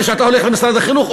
כשאתה הולך למשרד החינוך,